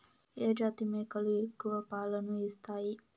ఏ జాతి మేకలు ఎక్కువ పాలను ఇస్తాయి?